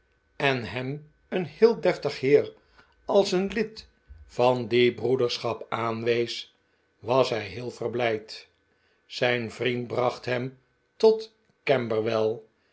en hem een heel deftig heer als een lid van die broederschap aanwees was hij heel verblijd zijn vriend bracht hem tot camber